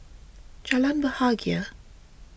Jalan Bahagia